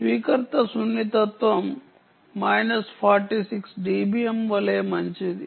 స్వీకర్త సున్నితత్వం minus 46 dBm వలె మంచిది